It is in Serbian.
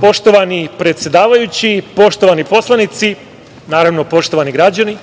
Poštovani predsedavajući, poštovani poslanici, naravno poštovani građani,